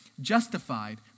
justified